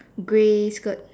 grey skirt